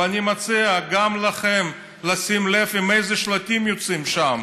ואני מציע גם לכם לשים לב עם איזה שלטים יוצאים שם,